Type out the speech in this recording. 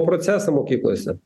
procesą mokyklose